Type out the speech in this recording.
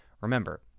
Remember